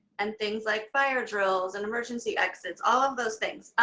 and things like fire drills and emergency exits, all of those things.